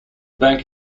bank